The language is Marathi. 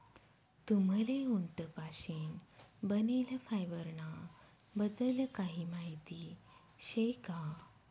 तुम्हले उंट पाशीन बनेल फायबर ना बद्दल काही माहिती शे का?